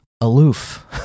aloof